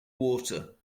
water